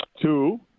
two